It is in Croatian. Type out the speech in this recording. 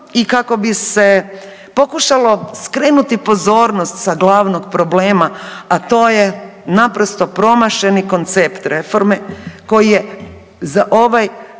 i kako bi se pokušalo skrenuti pozornost sa glavnog problema, a to je naprosto promašeni koncept reforme koji je za ovaj